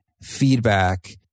feedback